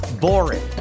boring